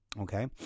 Okay